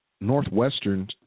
northwestern